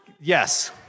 yes